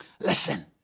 Listen